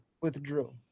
withdrew